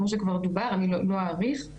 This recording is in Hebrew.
כמו שכבר דובר ואני לא אאריך,